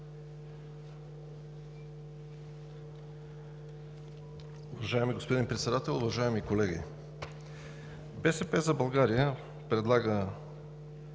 Уважаеми господин Председател, уважаеми колеги! „БСП за България“ предлага